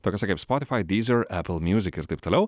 tokiose kaip spotify deezer apple music ir taip toliau